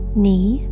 knee